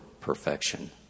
perfection